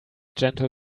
gentle